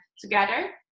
together